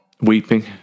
weeping